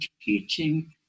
teaching